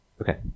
Okay